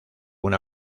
una